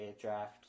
draft